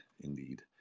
indeed